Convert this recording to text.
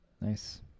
Nice